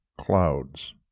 CLOUDS